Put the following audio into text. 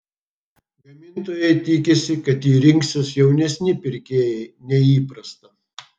gamintojai tikisi kad jį rinksis jaunesni pirkėjai nei įprasta